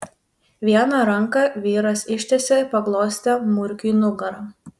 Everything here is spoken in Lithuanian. vieną ranką vyras ištiesė ir paglostė murkiui nugarą